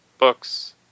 books